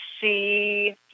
see